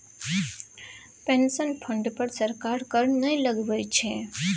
pension fund पर सरकार कर नहि लगबै छै